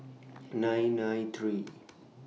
nine nine three